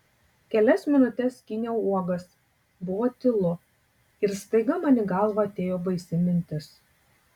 kelias minutes skyniau uogas buvo tylu ir staiga man į galvą atėjo baisi mintis